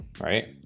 Right